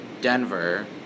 Denver